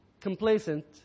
complacent